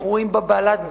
אנחנו רואים בה בעלת-ברית.